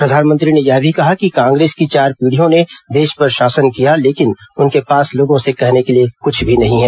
प्रधानमंत्री ने यह भी कहा कि कांग्रेस की चार पीढ़ियों ने देश पर शासन किया लेकिन उनके पास लोगों से कहने के लिए कुछ नहीं है